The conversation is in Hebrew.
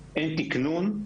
תקנון,